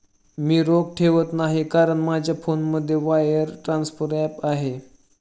मी रोख ठेवत नाही कारण माझ्या फोनमध्ये वायर ट्रान्सफर ॲप आहे